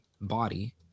body